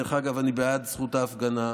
דרך אגב, אני בעד זכות ההפגנה.